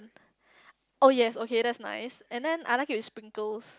oh yes okay that's nice and then I like it with sprinkles